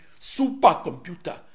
supercomputer